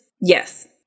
Yes